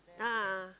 a'ah ah